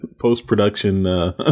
post-production